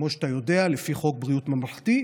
כמו שאתה יודע, לפי חוק בריאות ממלכתי,